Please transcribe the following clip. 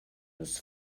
dos